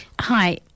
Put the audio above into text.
Hi